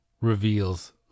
reveals